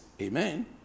Amen